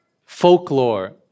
Folklore